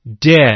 dead